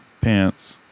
Pants